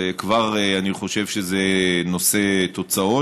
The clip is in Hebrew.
ואני חושב שזה כבר נושא תוצאות,